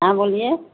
ہاں بولیے